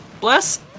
Bless